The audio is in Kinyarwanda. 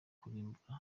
kurimbura